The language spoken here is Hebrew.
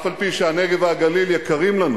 אף-על-פי שהנגב והגליל יקרים לנו